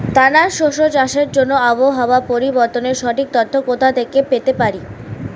দানা শস্য চাষের জন্য আবহাওয়া পরিবর্তনের সঠিক তথ্য কোথা থেকে পেতে পারি?